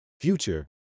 Future